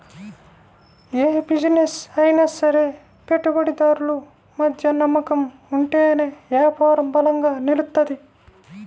యే బిజినెస్ అయినా సరే పెట్టుబడిదారులు మధ్య నమ్మకం ఉంటేనే యాపారం బలంగా నిలుత్తది